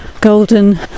golden